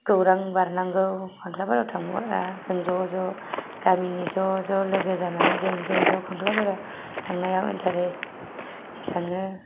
गौरां बारनांगौ खांग्लाबारियाव थांनोबो हाया जों ज' ज' गामिनि ज' ज' लोगो जानानै जों ज' ज' खांग्लाबारिआव थांनायाव इन्थारेस्टयै थाङो